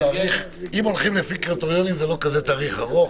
אם הולכים לפי קריטריונים, זה לא כזה תהליך ארוך.